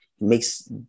makes